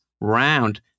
round